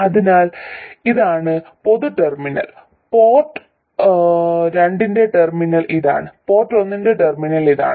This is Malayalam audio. അതിനാൽ ഇതാണ് പൊതു ടെർമിനൽ പോർട്ട് രണ്ടിന്റെ ടെർമിനൽ ഇതാണ് പോർട്ട് ഒന്നിന്റെ ടെർമിനൽ ഇതാണ്